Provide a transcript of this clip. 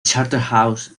charterhouse